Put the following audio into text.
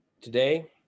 Today